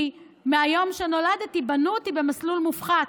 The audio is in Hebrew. כי מהיום שנולדתי בנו אותי במסלול מופחת,